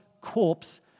corpse